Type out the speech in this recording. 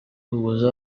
ugeze